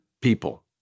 people